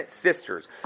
sisters